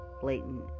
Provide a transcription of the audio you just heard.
blatant